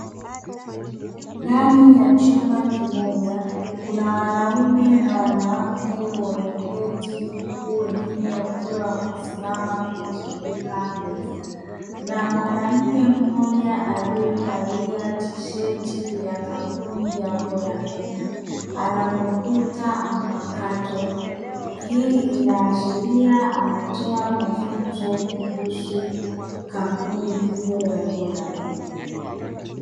Ndani ya chumba kimoja kuna wanaume na wanawake wameketi huku wengine wakiwa wamesimama kuizunguka meza, na mwanamke mmoja aliyevalia tisheti ya kampuni ya "Vodacom" ana kompyuta mpakato; hii inaashiria anatoa mafunzo kuhusu kampuni hiyo ya "Vodacom".